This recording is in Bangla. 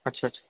আচ্ছা আচ্ছা